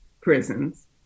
prisons